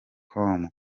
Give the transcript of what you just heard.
com